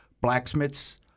blacksmiths